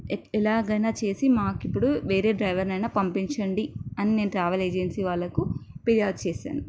ఎ ఎలాగైనా చేసి మాకు ఇప్పుడు వేరే డ్రైవర్నైనా పంపించండి అని ట్రావెల్ ఏజెన్సీ వాళ్ళకు ఫిర్యాదు చేసాను